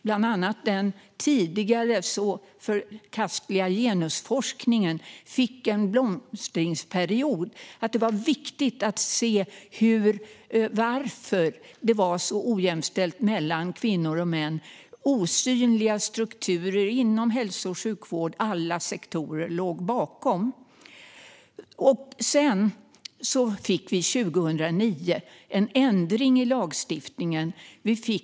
Bland annat den tidigare så förkastliga genusforskningen fick en blomstringsperiod. Det var viktigt att se varför det var så ojämställt mellan kvinnor och män. Det var osynliga strukturer inom hälso och sjukvården och alla sektorer som låg bakom. Sedan fick vi en ändring i lagstiftningen 2009.